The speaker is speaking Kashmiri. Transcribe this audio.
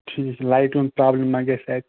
ٹھیٖک لایِٹہِ ہُنٛد پرٛابلِم ما گَژھِ اَتہِ